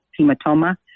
hematoma